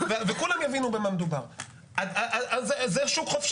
אל תהיה מוטרד, זה ייקח הרבה זמן.